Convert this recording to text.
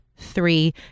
three